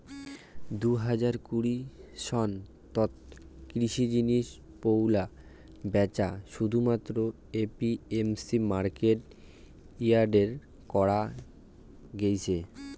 দুই হাজার কুড়ি সন তক কৃষি জিনিস পৈলা ব্যাচা শুধুমাত্র এ.পি.এম.সি মার্কেট ইয়ার্ডে করা গেইছে